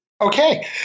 Okay